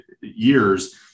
years